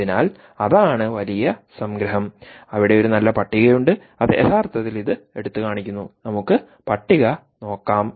അതിനാൽ അതാണ് വലിയ സംഗ്രഹം അവിടെ ഒരു നല്ല പട്ടികയുണ്ട് അത് യഥാർത്ഥത്തിൽ ഇത് എടുത്തുകാണിക്കുന്നു നമുക്ക് പട്ടിക നോക്കാം